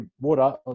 water